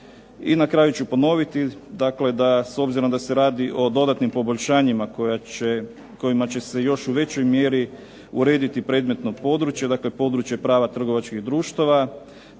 I na kraju ću ponoviti dakle da s obzirom da se radi o dodatnim poboljšanjima kojima će se još u većoj mjeri urediti predmetno područje, dakle područje prava trgovačkih društava,